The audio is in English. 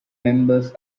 members